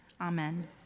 Amen